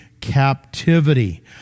captivity